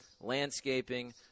landscaping